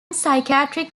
psychiatric